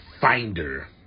finder